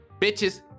Bitches